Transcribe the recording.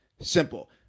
simple